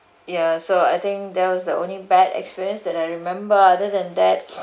ya so I think that was the only bad experience that I remember other than that